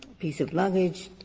piece of luggage,